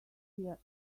here